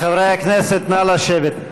חברי הכנסת, נא לשבת.